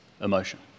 emotion